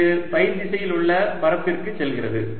இது ஃபை திசையில் உள்ள பரப்பிற்கு செல்கிறது